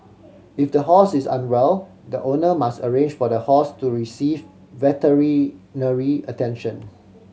if the horse is unwell the owner must arrange for the horse to receive veterinary attention